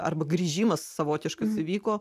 arba grįžimas savotiškas įvyko